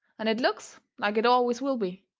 and it looks like it always will be.